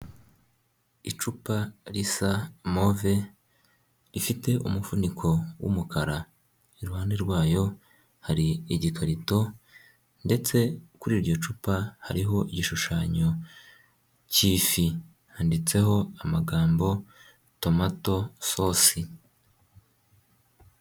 Icupa risa move ifite umufuniko w'umukara iruhande rwayo hari igikarito, ndetse kuri iryo cupa hariho igishushanyo cy'ifi handitseho amagambo tomato sosi.